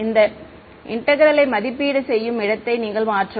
இந்த இன்டெக்ரேலை மதிப்பீடு செய்யும் இடத்தை நீங்கள் மாற்றவும்